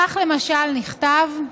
כך, למשל, נכתב: